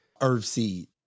Earthseed